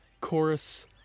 chorus